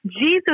Jesus